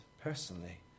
personally